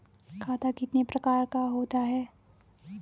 खाता कितने प्रकार का होता है?